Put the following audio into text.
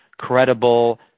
credible